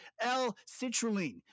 L-citrulline